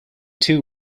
two